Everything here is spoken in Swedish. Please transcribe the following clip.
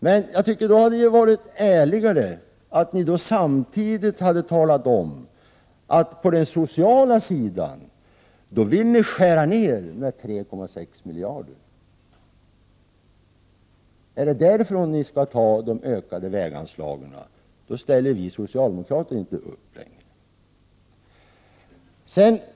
Men det hade varit ärligare att ni samtidigt hade talat om att ni vill skära ned med 3,6 miljarder på den sociala sidan. Är det därifrån ni skall ta de ökade väganslagen? Då ställer vi socialdemokrater inte upp längre.